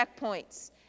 checkpoints